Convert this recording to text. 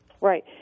Right